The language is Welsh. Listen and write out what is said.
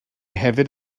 hefyd